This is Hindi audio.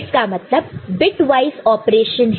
इसका मतलब बिटवॉइस ऑपरेशन है